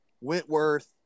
Wentworth